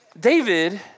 David